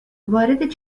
وارد